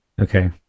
Okay